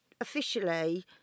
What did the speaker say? officially